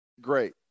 great